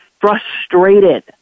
frustrated